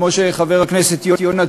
כמו שחבר הכנסת יונה תיאר,